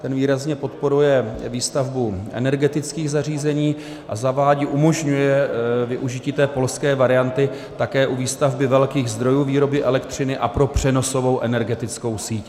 Ten výrazně podporuje výstavbu energetických zařízení a umožňuje využití té polské varianty také u výstavby velkých zdrojů výroby elektřiny a pro přenosovou energetickou síť.